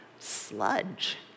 sludge